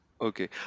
Okay